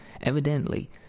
evidently